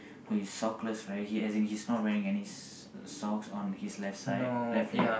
who is sockless right as in he is not wearing any socks on his left side left leg